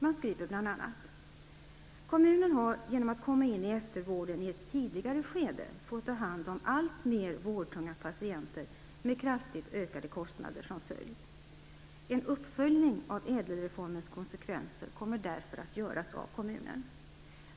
Man skriver bl.a.: "Kommunen har genom att komma in i eftervården i ett tidigare skede fått ta hand om alltmer vårdtunga patienter med kraftigt ökade kostnader som följd. En uppföljning av ädelreformens konsekvenser kommer därför att göras av kommunen.